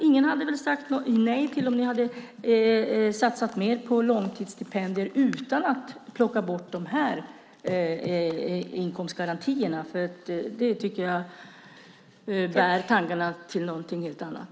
Ingen hade väl sagt nej om ni hade satsat mer på långtidsstipendier utan att plocka bort inkomstgarantierna. Det tycker jag nämligen bär tankarna till något helt annat.